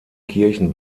kirchen